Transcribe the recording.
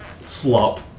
slop